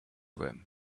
him